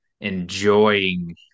enjoying